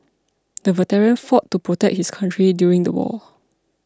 the veteran fought to protect his country during the war